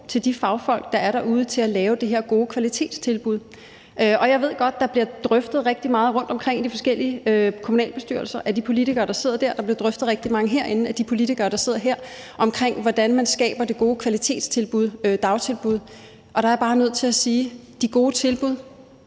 til de fagfolk, der er derude til at lave det her gode kvalitetstilbud. Jeg ved godt, at der bliver drøftet rigtig meget rundtomkring i de forskellige kommunalbestyrelser af de politikere, der sidder der, og at der bliver drøftet rigtig meget herinde af de politikere, der sidder her, omkring, hvordan man skaber det gode kvalitetstilbud, dagtilbud. Og der er jeg bare nødt til at sige: De gode tilbud